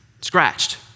scratched